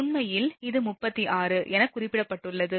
உண்மையில் இது 36a எனக் குறிக்கப்பட்டுள்ளது